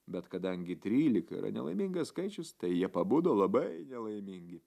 bet kadangi trylika yra nelaimingas skaičius tai jie pabudo labai nelaimingi